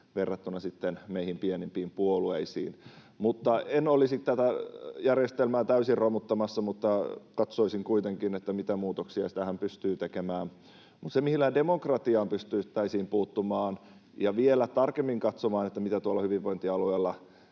verrattuna meihin pienempiin puolueisiin. En olisi tätä järjestelmää täysin romuttamassa, mutta katsoisin kuitenkin, mitä muutoksia tähän pystyy tekemään. Mutta siitä, millä demokratiaan pystyttäisiin puuttumaan ja vielä tarkemmin katsomaan, mitä tuolla hyvinvointialueella